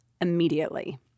immediately